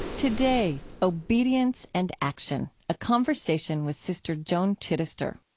today, obedience and action, a conversation with sister joan chittister